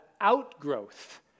outgrowth